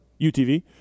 UTV